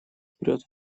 вперед